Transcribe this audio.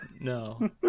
no